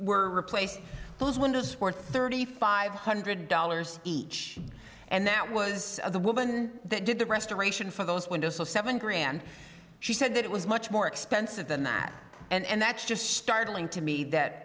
were replaced those windows were thirty five hundred dollars each and that was the woman that did the restoration for those windows seven grand she said that it was much more expensive than that and that's just startling to me that